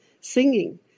singing